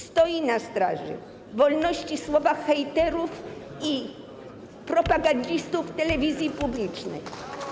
Stoi na straży wolności słowa hejterów i propagandzistów telewizji publicznej.